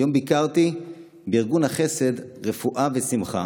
היום ביקרתי בארגון החסד רפואה ושמחה.